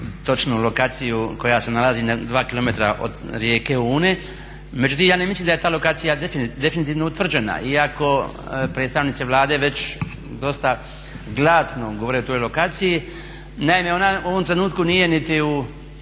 točnu lokaciju koja se nalazi na 2 km od rijeke Une. Međutim, ja ne mislim da je ta lokacija definitivno utvrđena, iako predstavnici Vlade već dosta glasno govore o toj lokaciji. Naime, ona u ovom trenutku nije niti u